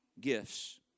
gifts